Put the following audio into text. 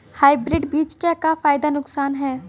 Hybrid बीज क का फायदा नुकसान ह?